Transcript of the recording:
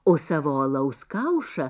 o savo alaus kaušą